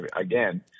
again